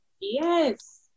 Yes